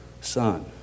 son